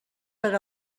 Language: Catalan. per